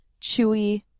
chewy